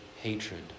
hatred